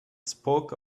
spoke